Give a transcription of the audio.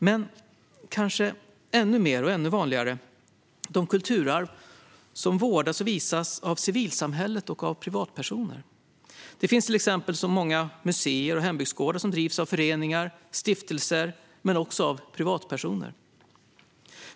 Men det handlar kanske ännu mer - och ännu vanligare - om de kulturarv som vårdas och visas av civilsamhället och av privatpersoner. Det finns till exempel många museer och hembygdsgårdar som drivs av föreningar eller stiftelser, men det finns också sådana som drivs av privatpersoner.